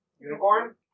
Unicorn